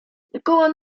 dokoła